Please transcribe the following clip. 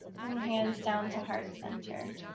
bring hands down to heart center.